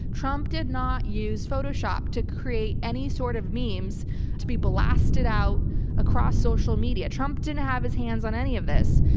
trump did not use photoshop to create any sort of memes to be blasted out across social media. trump didn't have his hands on any of this.